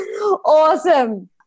Awesome